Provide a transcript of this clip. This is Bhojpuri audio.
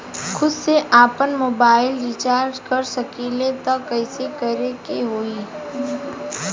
खुद से आपनमोबाइल रीचार्ज कर सकिले त कइसे करे के होई?